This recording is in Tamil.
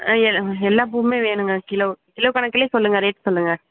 எல்லா எல்லா பூவுமே வேணுங்க கிலோ கிலோ கணக்கில் சொல்லுங்கள் ரேட் சொல்லுங்கள்